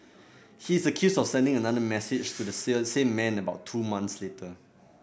he is accused of sending another message to the same man about two months later